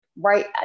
right